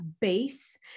base